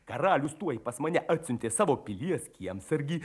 karalius tuoj pas mane atsiuntė savo pilies kiemsargį